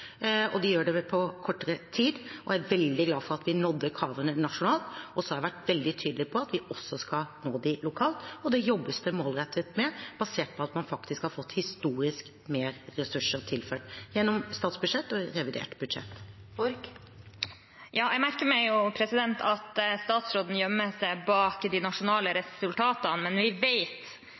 og de gjør det på kortere tid. Jeg er veldig glad for at vi nådde kravene nasjonalt, og så har jeg vært veldig tydelig på at vi også skal nå dem lokalt. Det jobbes det målrettet med, basert på at man faktisk har fått historisk mer ressurser tilført gjennom statsbudsjett og revidert budsjett. Jeg merker meg at statsråden gjemmer seg bak de nasjonale resultatene, men vi